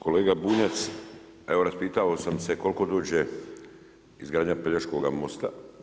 Kolega Bunjac, evo raspitao sam se koliko dođe izgradnja Pelješkoga mosta.